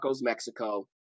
Mexico